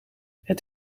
het